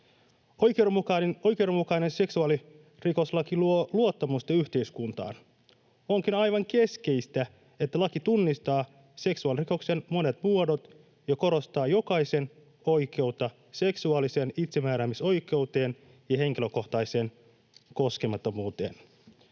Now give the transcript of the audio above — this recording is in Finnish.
Oikeudenmukainen seksuaalirikoslaki luo luottamusta yhteiskuntaan. Onkin aivan keskeistä, että laki tunnistaa seksuaalirikoksen monet muodot ja korostaa jokaisen oikeutta seksuaaliseen itsemääräämisoikeuteen ja henkilökohtaiseen koskemattomuuteen.